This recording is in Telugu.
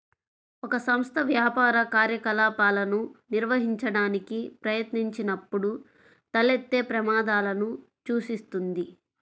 ఒక సంస్థ వ్యాపార కార్యకలాపాలను నిర్వహించడానికి ప్రయత్నించినప్పుడు తలెత్తే ప్రమాదాలను సూచిస్తుంది